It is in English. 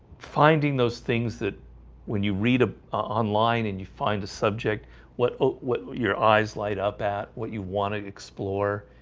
finding those things that when you read ah a line and you find a subject what what your eyes light up at what you want to explore